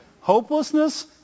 Hopelessness